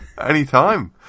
anytime